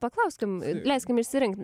paklauskim leiskim išsirinkt